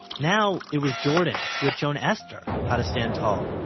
now, it was jordan who had shown esther how to stand tall.